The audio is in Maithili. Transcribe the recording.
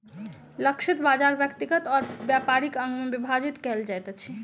लक्षित बाजार व्यक्तिगत और व्यापारिक अंग में विभाजित कयल जाइत अछि